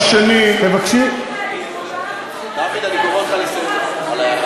דוד, אני קורא אותך לסדר על ההערה הזאת.